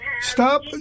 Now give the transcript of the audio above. stop